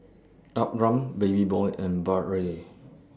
Abram Babyboy and Bradley